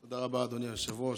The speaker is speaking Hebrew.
תודה רבה, אדוני היושב-ראש.